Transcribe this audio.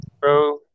bro